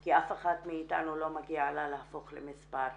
כי לאף אחת מאיתנו לא מגיע להפוך למספר,